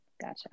Gotcha